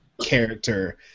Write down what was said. character